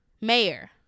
mayor